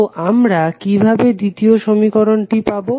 তো আমরা কিভাবে দ্বিতীয় সমীকরণটি পাবো